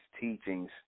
teachings